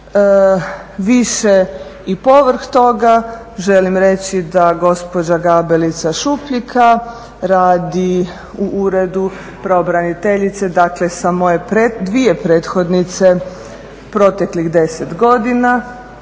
Više i povrh toga želim reći da gospođa Gabelica Šupljika radi u Uredu pravobraniteljice, dakle sa moje dvije prethodnice proteklih 10 godina